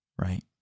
Right